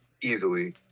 easily